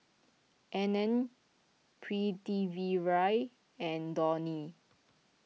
Anand Pritiviraj and Dhoni